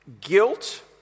guilt